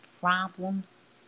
problems